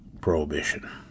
prohibition